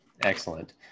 excellent